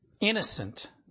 Innocent